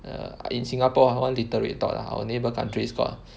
err in Singapore one little red dot ah our neighbour countries got